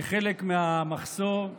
כחלק מהמחסור,